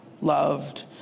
loved